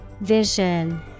Vision